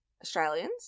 Australians